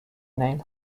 name